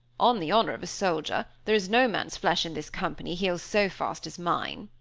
on the honor of a soldier, there is no man's flesh in this company heals so fast as mine.